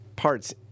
parts